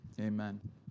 amen